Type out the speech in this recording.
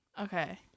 Okay